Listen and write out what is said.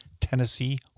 Tennessee